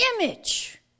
image